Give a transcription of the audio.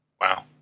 Wow